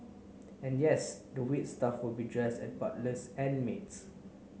and yes the wait staff will be dressed as butlers and maids